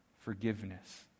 forgiveness